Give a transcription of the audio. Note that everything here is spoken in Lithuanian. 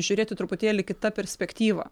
žiūrėti truputėlį kita perspektyva